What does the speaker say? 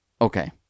Okay